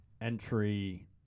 entry